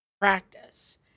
practice